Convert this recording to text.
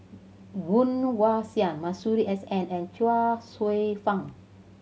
Woon Wah Siang Masuri S N and Chuang Hsueh Fang